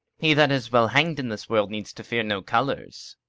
he that is well hang'd in this world needs to fear no colours.